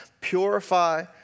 purify